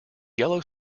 yellow